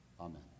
Amen